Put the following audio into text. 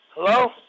Hello